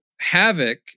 Havoc